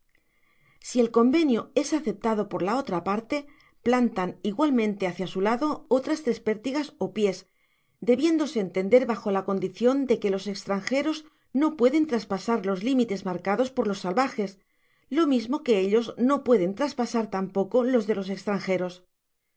si el eonvenio es aceptado por la otra parte plantan igualmente heía su lado otras tres pértigas ó pies debiéndose entender bajo la condicion de que los estranjeros no pueden traspasar los límites marcados por los salvajes lo mismo que ellos no pueden traspasar tampoco los de los estranjeros